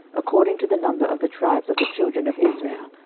according to the number of the tribes of the children of israel,